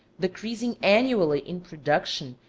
decreasing annually in production,